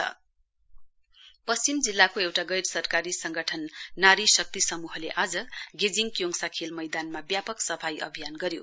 cleanliness डाभ पश्चिम जिल्लाको एउटा गैर सरकारी संगठन नारी शक्ति समूहले आज गेजिङ क्योङसा खेल मैदानमा व्यापक सफाई अभियान गर्यो